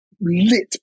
lit